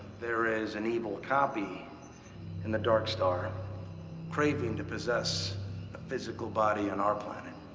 there is an evil copy in the dark star craving to possess a physical body on our planet.